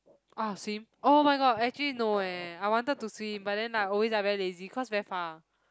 ah swim oh-my-god actually no eh I wanted to swim but then like always like very lazy cause very far